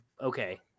okay